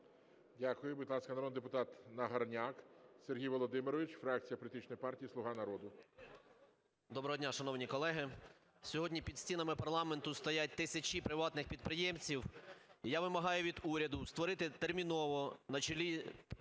Дякую. Будь ласка, народний депутат Нагорняк Сергій Володимирович, фракція політичної партії "Слуга народу". 12:50:51 НАГОРНЯК С.В. Доброго дня, шановні колеги! Сьогодні під стінами парламенту стоять тисячі приватних підприємців. Я вимагаю від уряду створити терміново на чолі